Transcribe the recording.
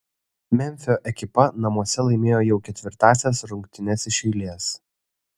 memfio ekipa namuose laimėjo jau ketvirtąsias rungtynes iš eilės